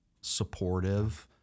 supportive